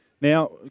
Now